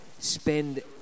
Spend